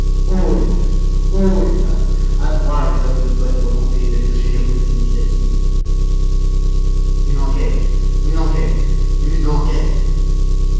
haut les cœurs haut les âmes à moi les hommes de bonne volonté et de généreuse initiative une enquête une enquête une enquête